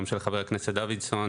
גם של חבר הכנסת דוידסון,